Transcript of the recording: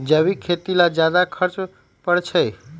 जैविक खेती ला ज्यादा खर्च पड़छई?